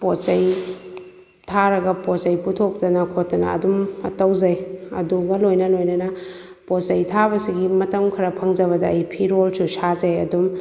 ꯄꯣꯠ ꯆꯩ ꯊꯔꯒ ꯄꯣꯠ ꯆꯩ ꯄꯨꯊꯣꯛꯇꯅ ꯈꯣꯠꯇꯅ ꯑꯗꯨꯝ ꯇꯧꯖꯩ ꯑꯗꯨꯒ ꯂꯣꯏꯅ ꯂꯣꯏꯅꯅ ꯄꯣꯠꯆꯩ ꯊꯥꯕꯁꯤꯒ ꯃꯇꯝ ꯈꯔ ꯐꯪꯖꯕꯗ ꯑꯩ ꯐꯤꯔꯣꯜꯁꯨ ꯁꯖꯩ ꯑꯗꯨꯝ